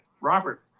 Robert